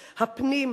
הפנים,